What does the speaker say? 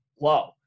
low